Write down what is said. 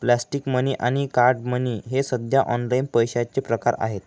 plastic money आणि card money हे सध्या ऑनलाइन पैशाचे प्रकार आहेत